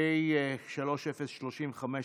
פ/3035/24,